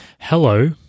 Hello